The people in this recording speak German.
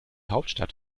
hauptstadt